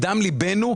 מדם ליבנו,